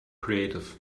creative